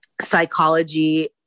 psychology